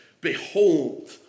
Behold